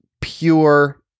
pure